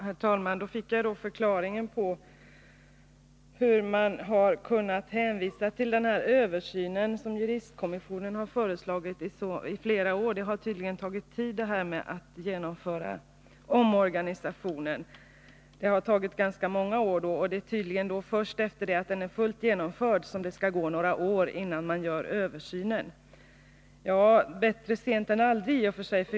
Herr talman! Då fick jag en förklaring på hur man har kunnat hänvisa till den översyn som juristkommissionen har föreslagit i flera år. Det har tydligen tagit tid att genomföra omorganisationen. Det har tagit ganska många år, och det är tydligen först sedan den är fullt genomförd som det skall gå några år innan man gör översynen. Bättre sent än aldrig, i och för sig.